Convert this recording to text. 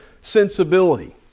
sensibility